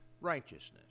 righteousness